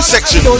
section